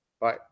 Bye